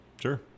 Sure